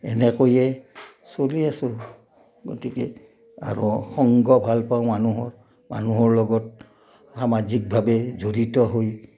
এনেকৈয়ে চলি আছোঁ গতিকে আৰু সংগ ভাল পাওঁ মানুহৰ মানুহৰ লগত সামাজিকভাৱে জড়িত হৈ